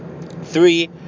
three